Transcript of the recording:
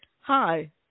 hi